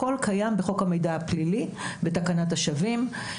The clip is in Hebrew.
הכול קיים בחוק המידע הפלילי בתקנת השווים.